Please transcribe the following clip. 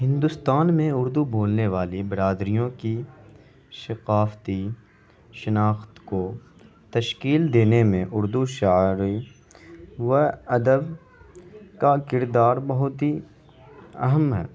ہندوستان میں اردو بولنے والی برادریوں کی ثقافتی شناخت کو تشکیل دینے میں اردو شاعری و ادب کا کردار بہت ہی اہم ہے